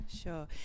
sure